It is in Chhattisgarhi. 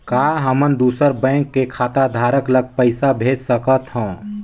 का हमन दूसर बैंक के खाताधरक ल पइसा भेज सकथ हों?